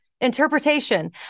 interpretation